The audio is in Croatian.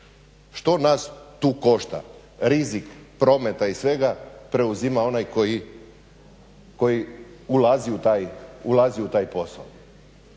Što nas tu košta? Rizik prometa i svega preuzima onaj koji ulazi u taj posao